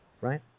right